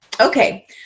Okay